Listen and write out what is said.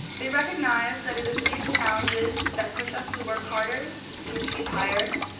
they recognize that it is these challenges that push us to work harder, to achieve higher,